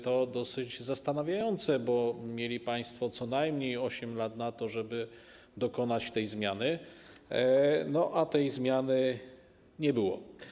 To dosyć zastanawiające, bo mieli państwo co najmniej 8 lat na to, żeby dokonać tej zmiany, a tej zmiany nie było.